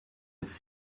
its